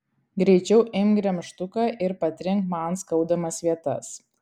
greičiau imk gremžtuką ir patrink man skaudamas vietas